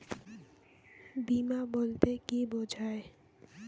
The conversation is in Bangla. বিমা বলতে কি বোঝায়?